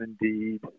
indeed